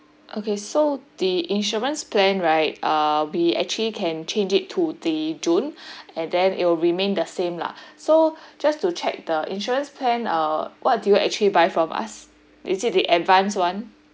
okay so the insurance plan right ah we actually can change it to the june and then it will remain the same lah so just to check the insurance plan err what do you actually buy from us is it the advanced [one]